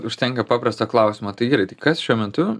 užtenka paprasto klausimo tai gerai tai kas šiuo metu